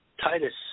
Titus